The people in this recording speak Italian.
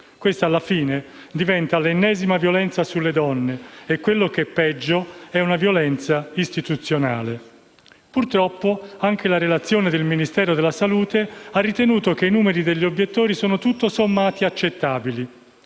Questa, alla fine, diventa l'ennesima violenza sulle donne e quel che è peggio è che si tratta di una violenza istituzionale. Purtroppo, anche la relazione del Ministero della salute ha ritenuto che i numeri degli obiettori sono tutto sommato accettabili.